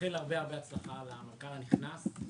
מאחל הרבה הצלחה למנכ"ל הנכנס.